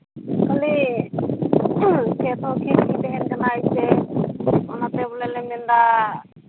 ᱠᱷᱟᱹᱞᱤ ᱛᱟᱦᱮᱱ ᱠᱟᱱᱟ ᱚᱱᱟᱛᱮ ᱵᱚᱞᱮᱧ ᱢᱮᱱᱫᱟ